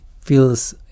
feels